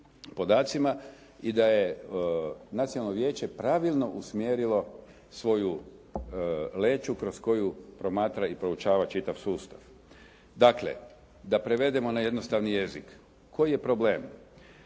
i da je Nacionalno vijeće pravilno usmjerilo svoju leću kroz koju promatra i proučava čitav sustav. Dakle, da prevedemo na jednostavni jezik. Koji je problem?